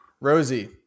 Rosie